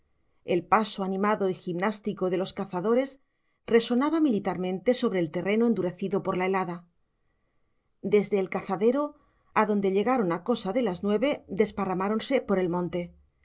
el paso animado y gimnástico de los cazadores resonaba militarmente sobre el terreno endurecido por la helada desde el cazadero adonde llegaron a cosa de las nueve desparramáronse por el monte